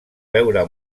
veure